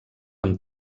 amb